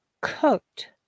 cooked